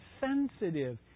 sensitive